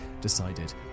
decided